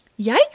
Yikes